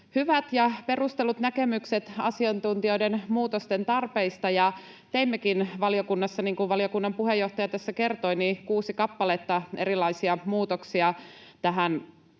hyvät ja perustellut näkemykset asiantuntijoiden muutosten tarpeista, ja teimmekin valiokunnassa, niin kuin valiokunnan puheenjohtaja tässä kertoi, kuusi kappaletta erilaisia muutoksia tähän hallituksen